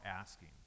asking